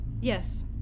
Yes